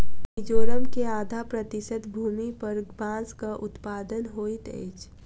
मिजोरम के आधा प्रतिशत भूमि पर बांसक उत्पादन होइत अछि